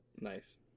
nice